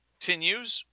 continues